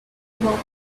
bottle